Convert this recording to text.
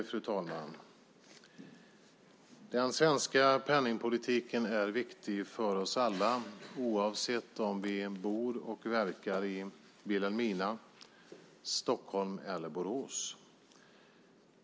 Fru talman! Den svenska penningpolitiken är viktig för oss alla oavsett om vi bor och verkar i Vilhelmina, Stockholm eller Borås.